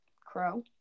crow